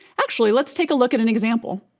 actually, let's take a look at an example.